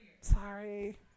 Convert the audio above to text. Sorry